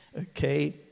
Okay